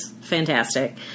fantastic